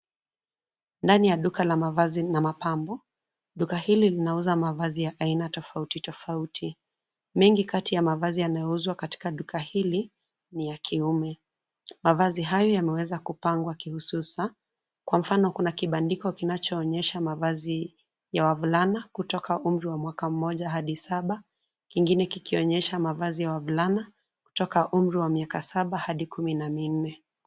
Ndani ya duka la mavazi na mapambo. Duka hili linauza mavazi ya aina tofauti tofauti. Mengi kati ya mavazi yanayouzwa katika duka hili, ni ya kiume. Mavazi hayo yameweza kupangwa kihususa. Kwa mfano kuna kibandiko kinachoonyesha mavazi ya wavulana kutoka umri wa mwaka mmoja hadi saba. Kingine kikionyesha mavazi ya wavulana kutoka umri wa miaka saba hadi kumi na minne.